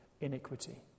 iniquity